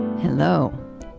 Hello